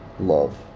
love